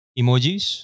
emojis